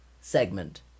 segment